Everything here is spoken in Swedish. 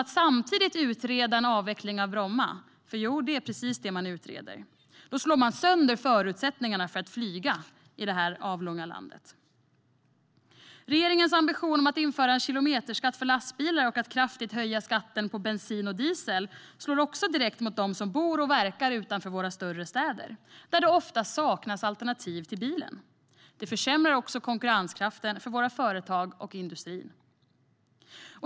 Att samtidigt utreda en avveckling av Bromma - jo, det är precis det man utreder - slår sönder förutsättningarna för att flyga i det här avlånga landet. Regeringens ambition om att införa en kilometerskatt för lastbilar och att kraftigt höja skatten på bensin och diesel slår också direkt mot dem som bor och verkar utanför våra större städer, där det ofta saknas alternativ till bilen. Det försämrar också konkurrenskraften för våra företag och för industrin.